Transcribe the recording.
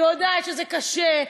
אני יודעת שזה קשה.